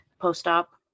post-op